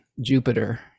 Jupiter